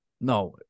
No